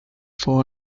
for